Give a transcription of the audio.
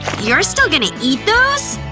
you're still gonna eat those?